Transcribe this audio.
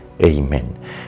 Amen